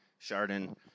Chardon